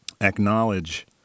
acknowledge